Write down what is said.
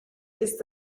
ist